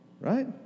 right